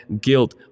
guilt